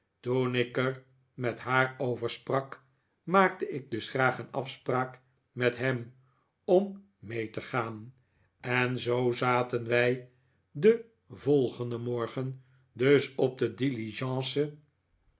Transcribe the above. toen ik er met haar over sprak maakte ik dus graag een afspraak met hem om mee te gaan en zoo zaten wij den volgenden morgen dus op de